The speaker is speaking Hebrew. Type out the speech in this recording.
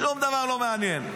שום דבר לא מעניין.